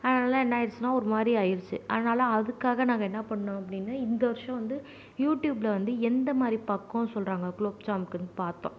அதனால என்ன ஆயிடுச்சுனா ஒரு மாதிரி ஆயிடுச்சு அதனால அதுக்காக நாங்கள் என்னப்பண்ணோம் அப்படின்னா இந்த வர்ஷம் வந்து யூட்யூப்ல வந்து எந்தமாதிரி பக்குவம் சொல்கிறாங்க குலோம்ஜாம்க்குன்னு பார்த்தோம்